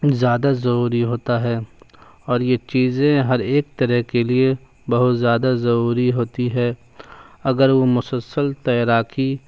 زیادہ ضروری ہوتا ہے اور یہ چیزیں ہر ایک طرح کے لیے بہت زیادہ ضروری ہوتی ہے اگر وہ مسلسل تیراکی